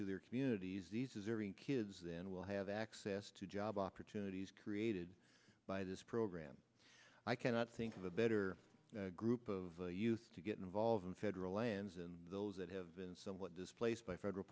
to their communities eases during kids then will have access to job opportunities created by this program i cannot think of a better group of youth to get involved in federal lands and those that have been somewhat displaced by federal